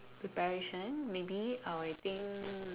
preparation maybe I will think